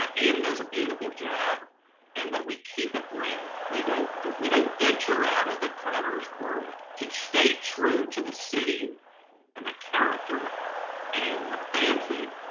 ah and does a beautiful job and that we keep it real. we don't we don't venture out of the conner's world. to stay true to the city and the character and the family,